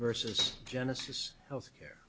versus genesis health care